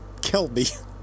Kelby